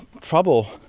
trouble